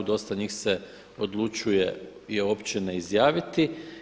Dosta njih se odlučuje i uopće ne izjaviti.